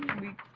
we